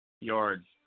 yards